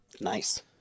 Nice